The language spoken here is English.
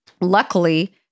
Luckily